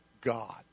God